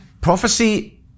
Prophecy